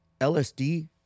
LSD